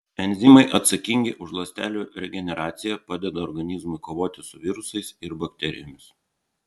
enzimai atsakingi už ląstelių regeneraciją padeda organizmui kovoti su virusais ir bakterijomis